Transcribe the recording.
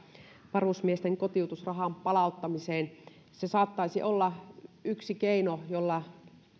varusmiesten kotiutusrahan palauttamiseen se saattaisi olla yksi keino jolla